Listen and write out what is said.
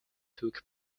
took